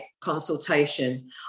consultation